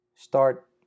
Start